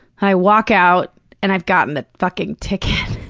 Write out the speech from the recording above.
i walk out and i've gotten the fucking ticket.